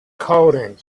coding